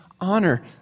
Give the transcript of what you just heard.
honor